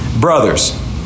Brothers